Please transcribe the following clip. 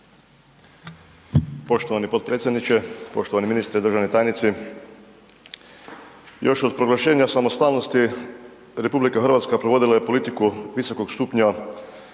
Poštovani potpredsjedniče, poštovani ministre, državni tajnici. Još od proglašenja samostalnosti, RH provodila je politiku visokog stupnja